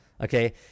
okay